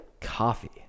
coffee